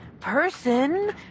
person